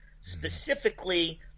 specifically